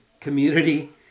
community